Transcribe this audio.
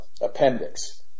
appendix